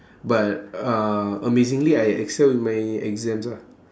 but uh amazingly I excel in my exams ah